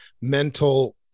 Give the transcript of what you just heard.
mental